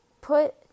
Put